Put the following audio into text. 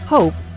Hope